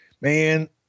man